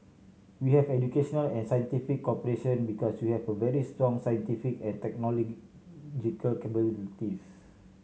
we have educational and scientific cooperation because you have very strong scientific and technological capabilities